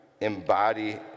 embody